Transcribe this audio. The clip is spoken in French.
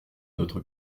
notre